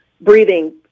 breathing